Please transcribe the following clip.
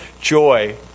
joy